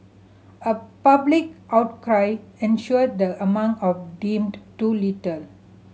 a public outcry ensued the amount of deemed too little